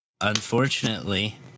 unfortunately